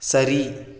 சரி